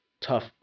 tough